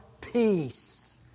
Peace